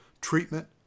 treatment